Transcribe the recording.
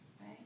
right